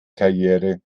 karriere